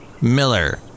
Miller